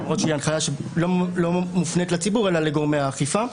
למרות שהיא הנחיה שלא מופנית לציבור אלא לגורמי האכיפה.